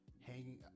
hanging